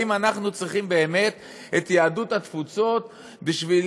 האם אנחנו צריכים באמת את יהדות התפוצות בשביל